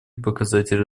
показателей